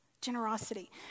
Generosity